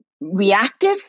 reactive